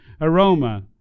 aroma